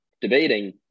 debating